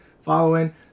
following